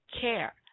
care